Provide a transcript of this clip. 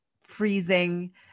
freezing